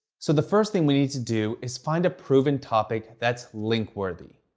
so the first thing we need to do is find a proven topic that's link-worthy.